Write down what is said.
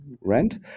rent